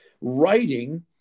writing